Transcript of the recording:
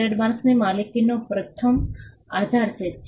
તે ટ્રેડમાર્ક્સની માલિકીનો પ્રથમ આધાર છે